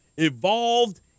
evolved